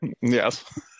Yes